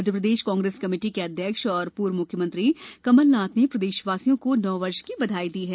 मप्र कांग्रेस कमेटी के अध्यक्ष और पूर्व मुख्यमंत्री कमलनाथ ने प्रदेश वासियों को नववर्ष की बधाई है